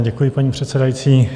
Děkuji, paní předsedající.